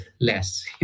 less